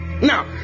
now